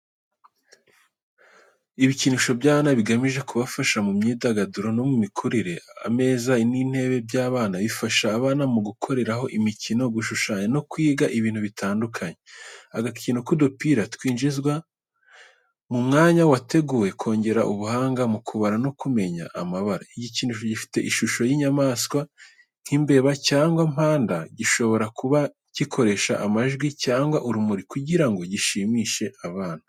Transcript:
Ibikinisho by’abana bigamije kubafasha mu myidagaduro no mu mikurire. Ameza n’intebe by’abana bifasha abana gukoreraho imikino, gushushanya no kwiga ibintu bitandukanye. Agakino k’udupira twinjizwa mu mwanya wateguwe kongera ubuhanga mu kubara no kumenya amabara. Igikinisho gifite ishusho y’inyamaswa, nk’imbeba cyangwa panda, gishobora kuba gikoresha amajwi cyangwa urumuri kugira ngo gishimishe abana.